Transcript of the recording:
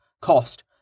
Cost